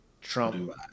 Trump